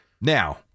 Now –